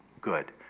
good